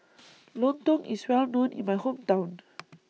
Lontong IS Well known in My Hometown